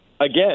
again